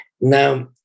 Now